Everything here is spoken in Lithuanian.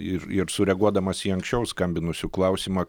ir ir sureaguodamas į anksčiau skambinusių klausimą